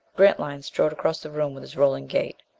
grantline strode across the room with his rolling gait.